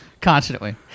Constantly